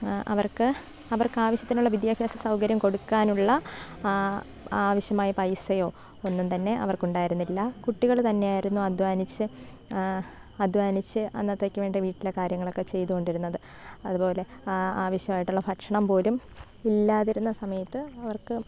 അവർക്ക് അവർക്ക് ആവശ്യത്തിനുള്ള വിദ്യാഭ്യാസ സൗകര്യം കൊടുക്കാനുള്ള ആവശ്യമായ പൈസയൊ ഒന്നും തന്നെ അവർക്ക് ഉണ്ടായിരുന്നില്ല കുട്ടികൾ തന്നെ ആയിരുന്നു അധ്വാനിച്ചു അധ്വാനിച്ചു അന്നത്തേക്ക് വേണ്ടി വീട്ടിലെ കാര്യങ്ങളൊക്കെ ചെയ്തു കൊണ്ടിരുന്നത് അതുപോലെ ആവശ്യമായിട്ടുള്ള ഭക്ഷണം പോലും ഇല്ലാതിരുന്ന സമയത്ത് അവർക്ക്